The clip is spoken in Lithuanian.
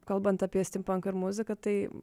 kalbant apie stimpanką ir muziką tai